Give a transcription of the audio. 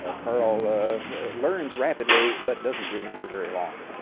ah karl learns rapidly, but doesn't remember very long.